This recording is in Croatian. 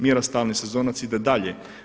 Mjera stalni sezonac ide dalje.